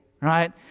right